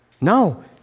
No